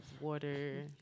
water